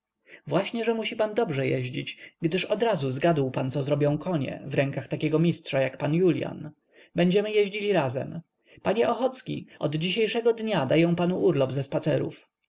właśnie że musi pan dobrze jeździć gdyż odrazu zgadł pan co zrobią konie w rękach takiego mistrza jak pan julian będziemy jeździli razem panie ochocki od dzisiejszego dnia daję panu urlop ze spacerów